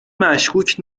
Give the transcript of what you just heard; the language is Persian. مشکوک